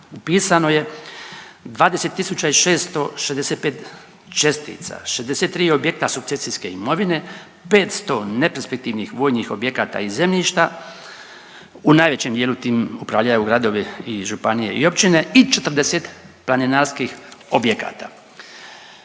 Upisano je 20 tisuća i 665 čestica, 63 objekta sukcesijske imovine, 500 neperspektivnih vojnih objekata i zemljišta. U najvećem dijelu tim upravljaju gradovi i županije i općine i 40 planinarskih objekata.